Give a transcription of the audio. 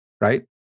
Right